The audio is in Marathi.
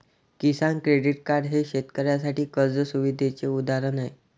किसान क्रेडिट कार्ड हे शेतकऱ्यांसाठी कर्ज सुविधेचे उदाहरण आहे